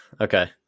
Okay